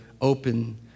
open